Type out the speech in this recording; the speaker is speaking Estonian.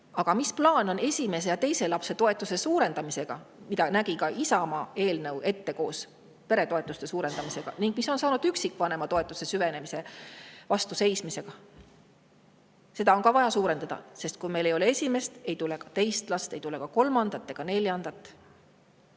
Aga mis plaan on esimese ja teise lapse toetuse suurendamisega, mida nägi ka Isamaa eelnõu ette koos peretoetuste suurendamisega? Ning mis on saanud üksikvanema [lapse] toetuse [eest] seismisest? Seda on ka vaja suurendada. Kui meil ei ole esimest, ei tule ka teist last, ei tule ka kolmandat ega neljandat.